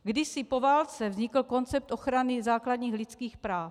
Kdysi po válce vznikl koncept ochrany základních lidských práv.